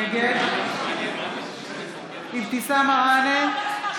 נגד אבתיסאם מראענה,